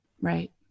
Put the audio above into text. right